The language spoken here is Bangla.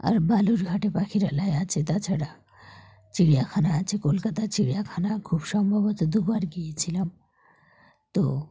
আর বালুরঘাটে পাখিরালয় আছে তাছাড়া চিড়িয়াখানা আছে কলকাতা চিড়িয়াখানা খুব সম্ভবত দুবার গিয়েছিলাম তো